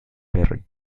perry